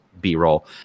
B-roll